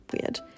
weird